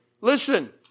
Listen